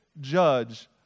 judge